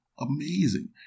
Amazing